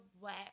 wet